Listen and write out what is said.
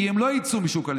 כי הם לא יצאו מהלימודים,